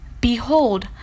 Behold